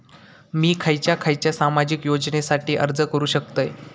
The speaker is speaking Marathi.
मी खयच्या खयच्या सामाजिक योजनेसाठी अर्ज करू शकतय?